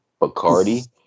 Bacardi